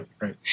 right